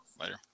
Later